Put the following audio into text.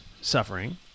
suffering